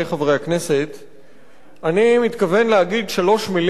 אני מתכוון להגיד שלוש מלים שאף פעם לא